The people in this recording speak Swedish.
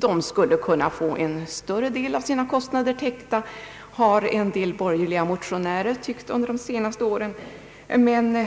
Borgerliga motionärer har under flera år begärt att dessa teatrar skulle få en större del av sina kostnader täckta av staten, men